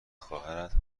خواهرت